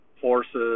forces